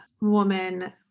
woman